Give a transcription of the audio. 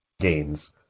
gains